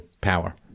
power